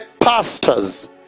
pastors